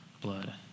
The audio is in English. blood